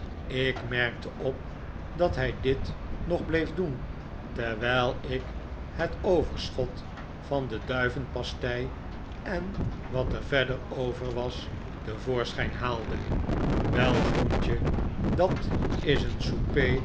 ik merkte op dat hij dit nog bleef doen terwijl ik het overschot van de duivenpastei en wat er verder over was te voorschijn haalde wel groentje dat is een